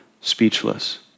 speechless